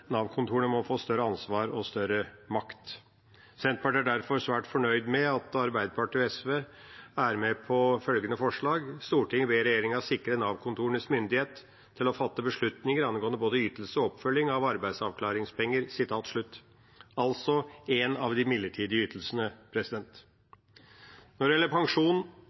Nav-kontorene, må få større ansvar og mer makt. Senterpartiet er derfor svært fornøyd med at Arbeiderpartiet og SV er med på følgende forslag: «Stortinget ber regjeringen sikre Nav-kontorene myndighet til å fatte beslutninger angående både ytelse og oppfølging av arbeidsavklaringspenger.» Det er altså en av de midlertidige ytelsene. Når det gjelder pensjon,